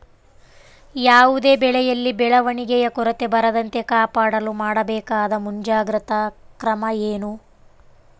ಯಾವುದೇ ಬೆಳೆಯಲ್ಲಿ ಬೆಳವಣಿಗೆಯ ಕೊರತೆ ಬರದಂತೆ ಕಾಪಾಡಲು ಮಾಡಬೇಕಾದ ಮುಂಜಾಗ್ರತಾ ಕ್ರಮ ಏನು?